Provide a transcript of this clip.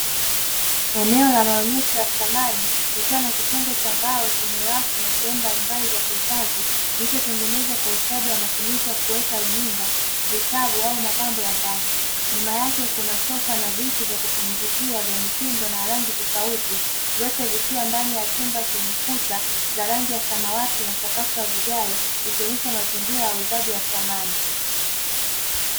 Eneo la maonyesho ya samani likiwa na kitengo cha mbao chenye rafu na sehemu mbalimbali za kuhifadhi, kilichotengenezwa kwa ustadi wa matumizi ya kueka runinga, vitabu au mapambo ya ndani. Nyuma yake kuna sofa na viti vya kupumzikia vya mitindo na rangi tofauti, vyote vikiwa ndani ya chumba chenye kuta za rangi ya samawati na sakafu ya vigae vikionyesha mazingira ya uuzaji wa samani.